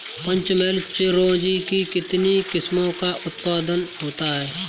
पंचमहल चिरौंजी की कितनी किस्मों का उत्पादन होता है?